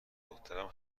دخترم